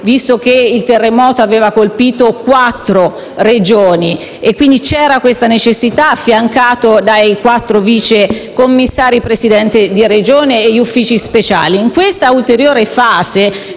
(visto che il terremoto aveva colpito quattro Regioni e, quindi, si ravvisava questa necessità), affiancato da quattro vice commissari, presidenti di Regione, e dagli uffici speciali. In questa ulteriore fase